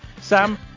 Sam